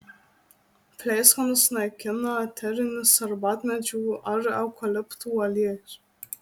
pleiskanas naikina eterinis arbatmedžių ar eukaliptų aliejus